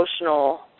emotional